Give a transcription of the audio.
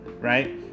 right